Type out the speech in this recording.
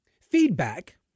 Feedback